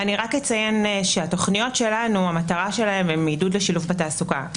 רק אציין שהמטרה של התוכניות שלנו היא עידוד לשילוב בתעסוקה.